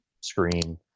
screen